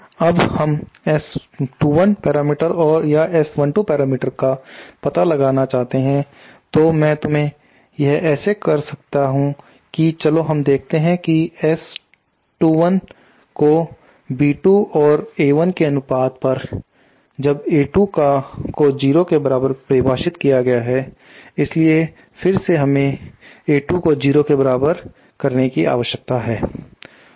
अगर हम S21 parameter या S12 पैरामीटर का पता लगाना चाहते हैं तो मैं तुम्हें यह ऐसे कर सकता हूं कि चलो हम देखते हैं कि S21 को B2 और A1 के अनुपात पर जब A2 को 0 के बराबर परिभाषित किया गया है इसलिए फिर से हमें फिर से A2 को 0 के बराबर होने की आवश्यकता है